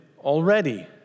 already